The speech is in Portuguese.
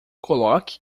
coloque